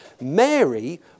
Mary